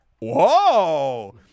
Whoa